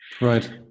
right